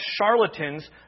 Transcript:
charlatans